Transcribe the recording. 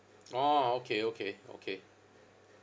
orh okay okay okay